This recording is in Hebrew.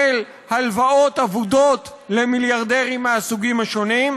הלוואות אבודות למיליארדרים מהסוגים השונים,